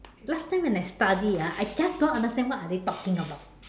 last time when I study ah I just don't understand what are they talking about